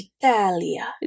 Italia